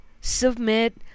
submit